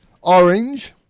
Orange